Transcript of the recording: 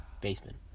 Basement